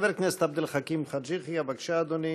חבר הכנסת עבד אל חכים חאג' יחיא, בבקשה, אדוני.